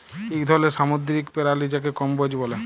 ইক ধরলের সামুদ্দিরিক পেরালি যাকে কম্বোজ ব্যলে